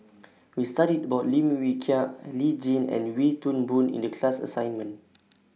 We studied about Lim Wee Kiak Lee Tjin and Wee Toon Boon in The class assignment